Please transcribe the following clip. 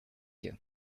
you